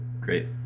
Great